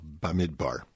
Bamidbar